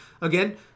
again